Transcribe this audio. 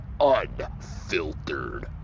unfiltered